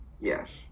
Yes